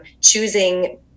choosing